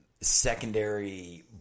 secondary